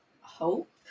hope